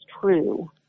true